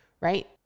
right